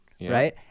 Right